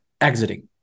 exiting